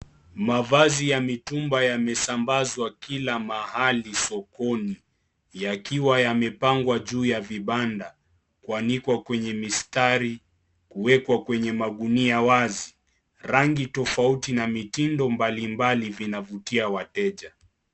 Mavazi ya mitumba yamesambazwa kila mahali sokoni yakiwa yamepangwa juu ya vibanda kuanikwa kwenye mistari kuwekwa kwenye magunia wazi rangi tofauti na mitindo mbali mbali vinavutia wateja.